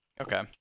Okay